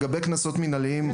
לגבי קנסות מינהליים,